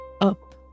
up